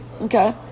Okay